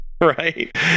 right